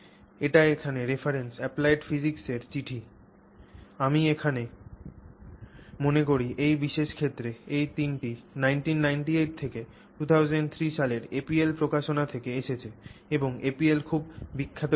এটি এখানে reference applied physics এর চিঠি আমি মনে করি এই বিশেষ ক্ষেত্রে এই তিনটিই 1998 থেকে 2003 সালের APL প্রকাশনা থেকে এসেছে এবং APL খুব বিখ্যাত জার্নাল